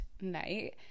night